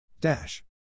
Dash